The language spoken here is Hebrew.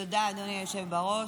תודה, אדוני היושב בראש.